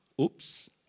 Oops